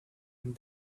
and